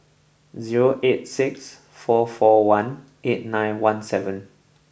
zero eight six four four one eight nine one seven